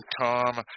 Tom